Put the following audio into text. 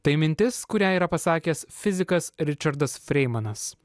tai mintis kurią yra pasakęs fizikas ričardas freimanas